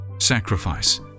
sacrifice